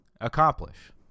accomplish